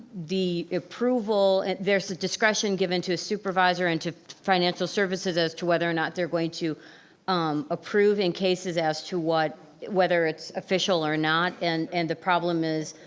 the approval, there's a discretion given to a supervisor and to financial services as to whether or not they're going to um approve in cases as to what, whether it's official or not, and and the problem is,